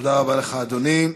תודה רבה לך, אדוני.